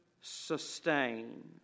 sustain